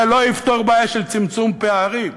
זה לא יפתור בעיה של צמצום פערים.